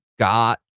Got